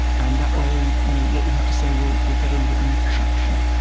and that way, you know what we have to say will will get a little bit more traction.